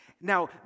Now